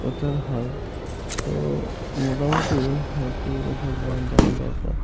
প্রচার হয় তো মোটামুটি আর কি এগুলো সব জানার দরকার